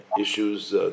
issues